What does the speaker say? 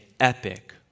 epic